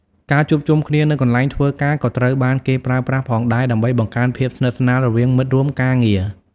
ការជួបជុំគ្នានៅកន្លែងធ្វើការក៏ត្រូវបានគេប្រើប្រាស់ផងដែរដើម្បីបង្កើនភាពស្និទ្ធស្នាលរវាងមិត្តរួមការងារ។